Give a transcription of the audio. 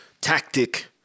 tactic